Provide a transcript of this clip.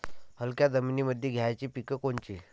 हलक्या जमीनीमंदी घ्यायची पिके कोनची?